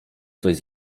coś